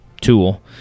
tool